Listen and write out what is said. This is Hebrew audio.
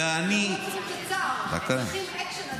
אנחנו לא צריכים את הצער, אנחנו צריכים אקשן.